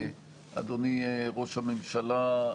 אדוני ראש הממשלה,